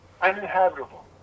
uninhabitable